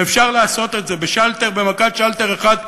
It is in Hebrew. ואפשר לעשות את זה במכת שלטר אחד,